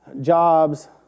jobs